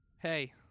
hey